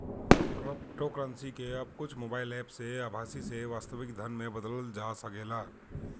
cryptocurrency के अब कुछ मोबाईल एप्प से आभासी से वास्तविक धन में बदलल जा सकेला